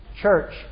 church